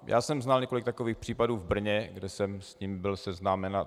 Já jsem znal několik takových případů v Brně, kde jsem s tím byl seznámen.